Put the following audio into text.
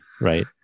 right